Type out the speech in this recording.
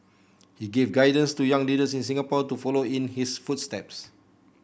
he gave guidance to young leaders in Singapore to follow in his footsteps